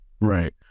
Right